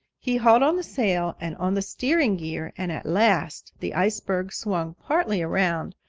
he hauled on the sail and on the steering gear, and at last the ice bird swung partly around.